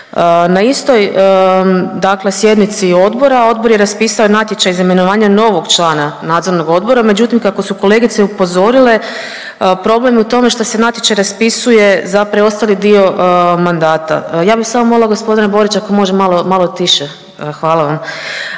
Na istoj sjednici odbora, odbor je raspisao natječaj za imenovanje nogo člana NO, međutim kako su kolegice upozorile problem je u tome što se natječaj raspisuje za preostali dio mandata. Ja bi samo malo molila g. Borića ako može malo tiše. Hvala vam.